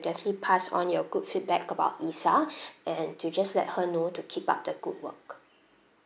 definitely pass on your good feedback about lisa and to just let her know to keep up the good work